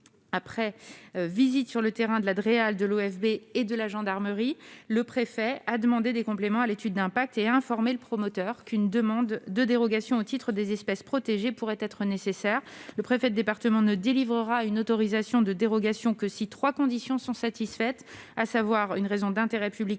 après visite sur le terrain de la Dreal, de l'OFB et de la gendarmerie, le préfet a demandé des compléments à l'étude d'impact. Il a informé le promoteur qu'une demande de dérogation au titre des espèces protégées pourrait être nécessaire. Le préfet de département ne délivrera une autorisation de dérogation que si trois conditions sont satisfaites : le projet doit répondre à une raison d'intérêt public